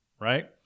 right